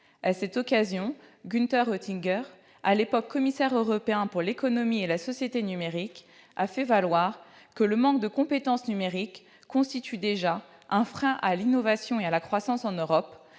À cette occasion, Günther Oettinger, à l'époque commissaire européen à l'économie et à la société numériques, a fait valoir que « le manque de compétences numériques constitue déjà un frein à l'innovation et à la croissance en Europe.